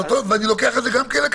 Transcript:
אני לא רואה שמביאים את זה בחשבון,